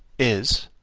is,